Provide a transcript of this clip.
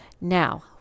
Now